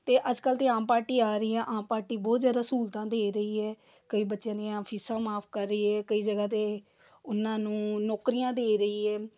ਅਤੇ ਅੱਜ ਕੱਲ੍ਹ ਤਾਂ ਆਮ ਪਾਰਟੀ ਆ ਰਹੀ ਆ ਆਮ ਪਾਰਟੀ ਬਹੁਤ ਜ਼ਿਆਦਾ ਸਹੂਲਤਾਂ ਦੇ ਰਹੀ ਹੈ ਕਈ ਬੱਚਿਆਂ ਦੀਆਂ ਫੀਸਾਂ ਮਾਫ ਕਰ ਰਹੀ ਹੈ ਕਈ ਜਗ੍ਹਾ 'ਤੇ ਉਹਨਾਂ ਨੂੰ ਨੌਕਰੀਆਂ ਦੇ ਰਹੀ ਹੈ